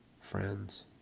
friends